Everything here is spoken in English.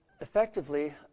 effectively